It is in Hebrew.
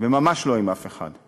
ממש לא עם אף אחד.